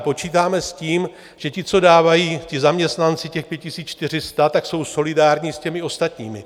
Počítáme s tím, že ti, co dávají, ti zaměstnanci, těch 5 400, tak jsou solidární s těmi ostatními.